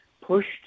pushed